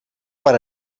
per